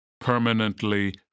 permanently